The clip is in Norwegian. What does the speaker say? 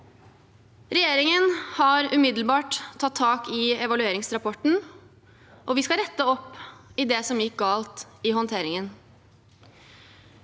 Regjeringen har umiddelbart tatt tak i evalueringsrapporten, og vi skal rette opp i det som gikk galt i håndteringen.